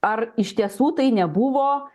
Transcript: ar iš tiesų tai nebuvo